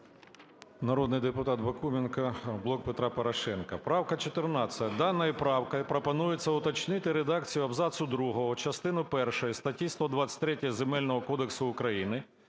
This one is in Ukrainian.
Народний депутат Бакуменко, "Блок Петра Порошенка". Правка 14. Даною правкою пропонується уточнити редакцію абзацу другого частини першої статті 123 Земельного кодексу України,